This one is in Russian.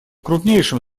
крупнейшим